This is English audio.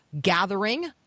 gathering